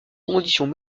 conditions